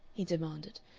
he demanded,